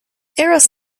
eros